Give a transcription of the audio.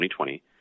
2020